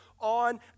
on